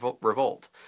revolt